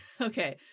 Okay